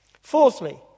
Fourthly